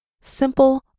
simple